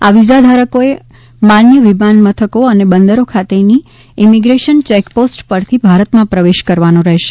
આ વિઝા ધારકોએ માન્ય વિમાન મથકો અને બંદરો ખાતેની ઈમિગ્રેશન ચેકપોસ્ટ પરથી ભારતમાં પ્રવેશ કરવાનો રહેશે